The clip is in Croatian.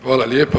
Hvala lijepa.